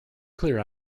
clear